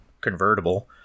convertible